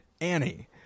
annie